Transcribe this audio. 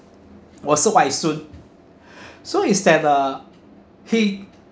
你是外孙 so is that uh he